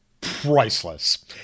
priceless